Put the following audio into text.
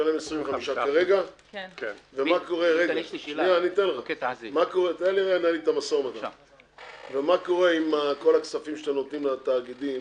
לשלם 25. ומה קורה עם כל הכספים שאתם נותנים לתאגידים